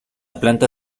planta